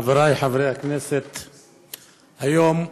חברי חברי הכנסת, היום,